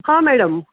हां मॅडम